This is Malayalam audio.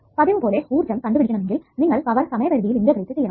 പതിവ്പോലെ ഊർജ്ജം കണ്ടുപിടിക്കണമെങ്കിൽ നിങ്ങൾ പവർ സമയപരിധിയിൽ ഇന്റഗ്രേറ്റ് ചെയ്യണം